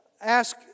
ask